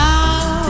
Now